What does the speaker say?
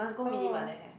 oh